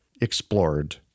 explored